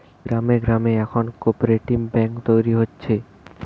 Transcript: গ্রামে গ্রামে এখন কোপরেটিভ বেঙ্ক তৈরী হচ্ছে